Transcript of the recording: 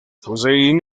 hussein